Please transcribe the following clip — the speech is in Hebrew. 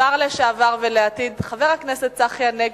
השר לשעבר ולעתיד, צחי הנגבי.